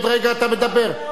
עוד רגע אתה מדבר,